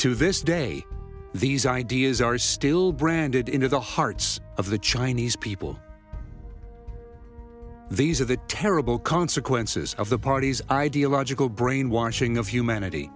to this day the ideas are still branded into the hearts of the chinese people these are the terrible consequences of the party's ideological brainwashing of humanity